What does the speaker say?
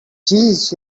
jeez